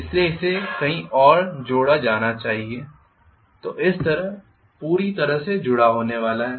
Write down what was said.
इसलिए इसे भी कहीं और से जोड़ा जाना चाहिए तो इस तरह पूरी तरह से जुड़ा होने वाला है